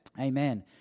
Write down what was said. Amen